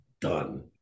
done